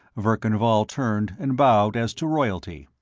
verkan vall turned and bowed as to royalty.